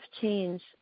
change